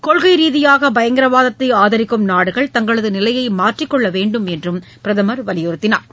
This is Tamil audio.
கொள்கை ரீதியாக பயங்கரவாதத்தை ஆதரிக்கும் நாடுகள் தங்களது நிலையை மாற்றிக் கொள்ள வேண்டும் என்று அவர் வலியுறுத்தினார்